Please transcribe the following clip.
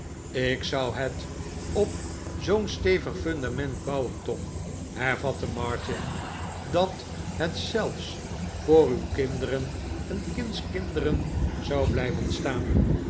ik zou het op zoo'n stevig fundament bouwen tom hervatte martin dat het zelfs voor uw kinderen en kindskinderen zou blijven staan